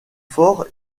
fort